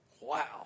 Wow